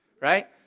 right